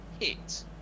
hit